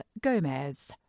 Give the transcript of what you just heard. Gomez